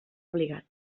obligat